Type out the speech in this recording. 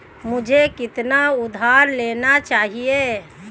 मुझे कितना उधार लेना चाहिए?